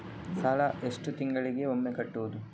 ಸಾಲ ಎಷ್ಟು ತಿಂಗಳಿಗೆ ಒಮ್ಮೆ ಕಟ್ಟುವುದು?